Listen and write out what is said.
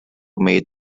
made